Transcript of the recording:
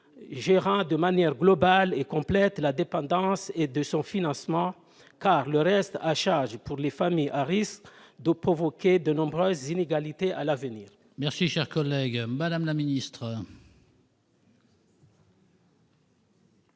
gérant de manière globale et complète la dépendance et son financement, car le reste à charge pour les familles risque de provoquer de nombreuses inégalités à l'avenir. La parole est à Mme la ministre.